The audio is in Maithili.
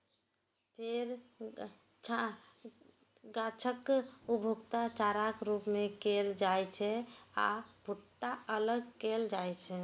फेर गाछक उपयोग चाराक रूप मे कैल जाइ छै आ भुट्टा अलग कैल जाइ छै